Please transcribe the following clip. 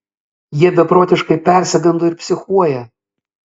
jie beprotiškai persigando ir psichuoja